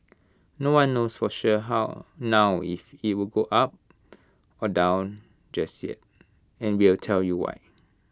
no one knows for sure how now if IT will go up or down just yet and we'll tell you why